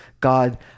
God